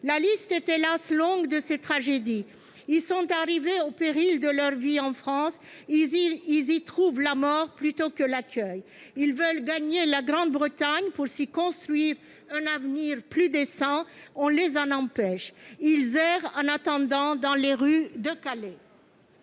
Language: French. tragédies est, hélas, longue. Ils sont arrivés au péril de leur vie en France ; ils y trouvent la mort plutôt que l'accueil. Ils veulent gagner la Grande-Bretagne pour s'y construire un avenir plus décent ; on les en empêche et, en attendant, ils errent dans les rues de Calais.